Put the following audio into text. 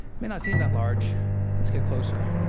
may not seem that large let's get closer.